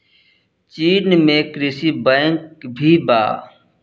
चीन में कृषि बैंक भी बा